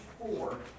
four